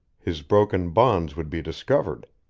his broken bonds would be discovered.